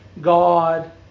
God